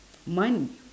mine